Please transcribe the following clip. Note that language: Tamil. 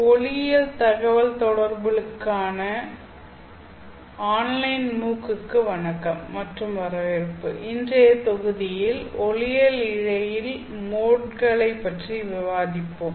ஒளியியல் தகவல்தொடர்புகளுக்கான ஆன்லைன் மூக் க்கு வணக்கம் மற்றும் வரவேற்பு இன்றைய தொகுதியில் ஒளியியல் இழையில் மோட்களைப் பற்றி விவாதிப்போம்